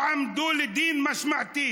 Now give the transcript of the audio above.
נעשה ככה,